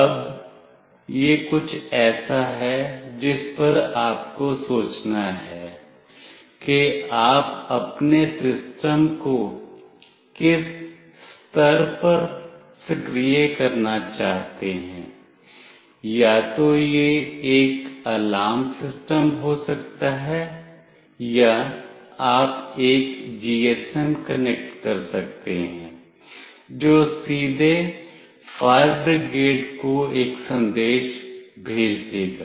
अब यह कुछ ऐसा है जिस पर आपको सोचना है कि आप अपने सिस्टम को किस स्तर पर सक्रिय करना चाहते हैं या तो यह एक अलार्म सिस्टम हो सकता है या आप एक GSM कनेक्ट कर सकते हैं जो सीधे फायर ब्रिगेड को एक संदेश भेज देगा